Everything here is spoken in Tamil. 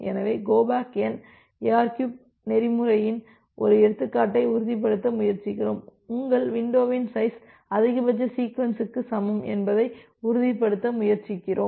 எனவே கோ பேக் என் எஆர்கியு நெறிமுறையின் ஒரு எடுத்துக்காட்டை உறுதிப்படுத்த முயற்சிக்கிறோம் உங்கள் விண்டோவின் சைஸ் அதிகபட்சசீக்வென்ஸ் க்கு சமம் என்பதை உறுதிப்படுத்த முயற்சிக்கிறோம்